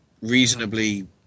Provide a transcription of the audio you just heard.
reasonably